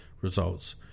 results